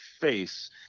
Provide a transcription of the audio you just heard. face